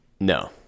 No